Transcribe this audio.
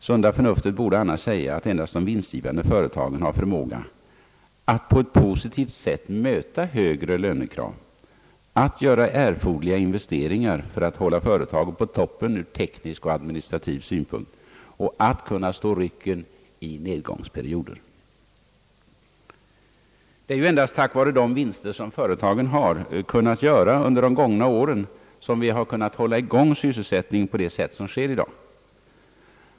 Sunda förnuftet borde annars säga att endast de vinstgivande företagen har förmåga att på ett positivt sätt möta högre lönekrav, att göra erforderliga investeringar för att hålla företaget på toppen ur teknisk och administrativ synpunkt och att kunna stå rycken i nedgångsperioder. Det är ju endast tack vare de vinster som företagen har kunnat göra under de gångna åren som vi kan hålla i gång sysselsättningen på det sätt som sker i dag.